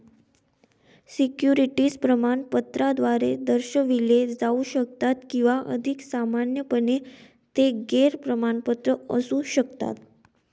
securities प्रमाणपत्राद्वारे दर्शविले जाऊ शकतात किंवा अधिक सामान्यपणे, ते गैर प्रमाणपत्र असू शकतात